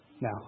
now